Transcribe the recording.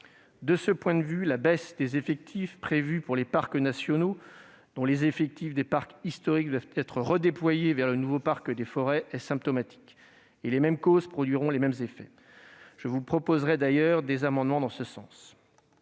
De ce point de vue, la baisse des effectifs prévus pour les parcs nationaux- les effectifs des parcs historiques doivent être redéployés vers le nouveau parc des forêts -est symptomatique. Les mêmes causes produiront les mêmes effets ! Je vous proposerai des amendements sur ce sujet.